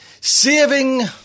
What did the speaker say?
Saving